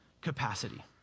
capacity